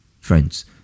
Friends